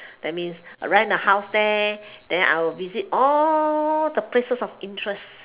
that means rent a house there then I will visit all the places of interest